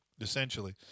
essentially